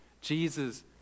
Jesus